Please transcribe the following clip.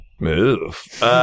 Move